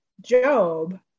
Job